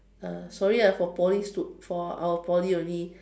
uh sorry ah for Poly stu~ for out Poly only